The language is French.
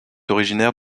originaire